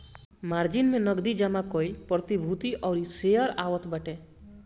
margin में नगदी जमा कईल प्रतिभूति और शेयर आवत बाटे